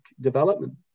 development